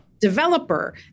developer